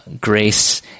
grace